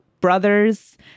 brothers